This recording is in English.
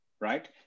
right